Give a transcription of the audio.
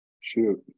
shoot